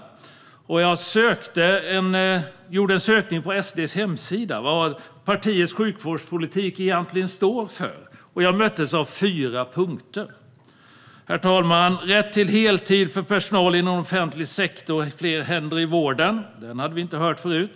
Jag gjorde en sökning på SD:s hemsida för att se vad partiets sjukvårdspolitik egentligen står för. Jag möttes av fyra punkter, herr talman. Den första var "rätt till heltid för personal inom offentlig sektor - fler händer i vården". Den hade vi inte hört förut.